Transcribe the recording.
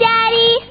Daddy